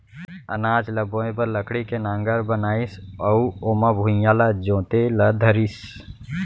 अनाज ल बोए बर लकड़ी के नांगर बनाइस अउ ओमा भुइयॉं ल जोते ल धरिस